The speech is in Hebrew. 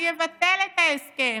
אני אבטל את ההסכם.